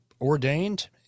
ordained